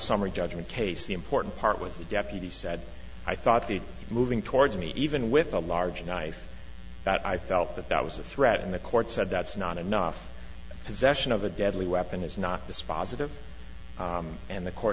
summary judgment case the important part was the deputy said i thought the moving towards me even with a large knife that i felt that that was a threat and the court said that's not enough possession of a deadly weapon is not dispositive and the court